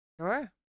Sure